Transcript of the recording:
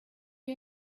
you